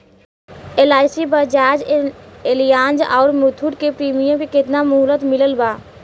LIC Bajaj Allianz आउर मुथूट के premium के केतना मुहलत मिलल बा?